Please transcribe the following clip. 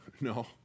No